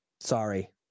sorry